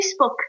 Facebook